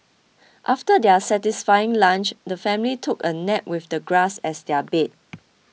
after their satisfying lunch the family took a nap with the grass as their bed